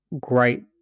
great